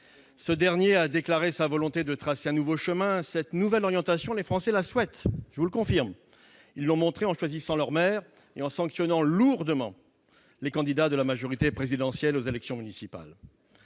de l'État a exprimé sa volonté de tracer un nouveau chemin. Cette nouvelle orientation, les Français la souhaitent ; je vous le confirme. Ils l'ont montré en choisissant leurs maires et en sanctionnant lourdement les candidats de la majorité présidentielle aux élections municipales.